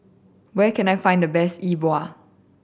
where can I find the best E Bua